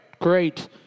Great